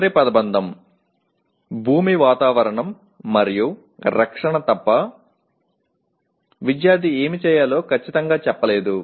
చివరి పదబంధం భూమి వాతావరణం మరియు రక్షణ తప్ప విద్యార్థి ఏమి చేయాలో ఖచ్చితంగా చెప్పలేదు